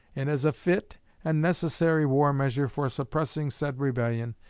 and as a fit and necessary war measure for suppressing said rebellion,